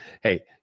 hey